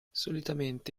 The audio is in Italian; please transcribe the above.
solitamente